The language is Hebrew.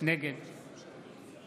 נגד